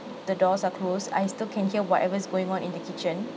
the doors are closed I still can hear whatever's going on in the kitchen